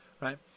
right